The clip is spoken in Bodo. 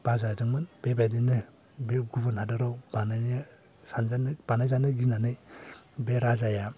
बाजादोंमोन बेबायदिनो बे गुबुन हादराव बानायनो बानायजानो गिनानै बे राजाया